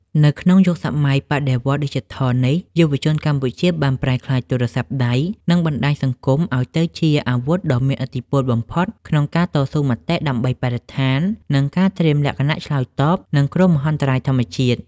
នៅក្នុងយុគសម័យបដិវត្តន៍ឌីជីថលនេះ យុវជនកម្ពុជាបានប្រែក្លាយទូរស័ព្ទដៃ និងបណ្ដាញសង្គមឱ្យទៅជាអាវុធដ៏មានឥទ្ធិពលបំផុតក្នុងការតស៊ូមតិដើម្បីបរិស្ថាន និងការត្រៀមលក្ខណៈឆ្លើយតបនឹងគ្រោះមហន្តរាយធម្មជាតិ។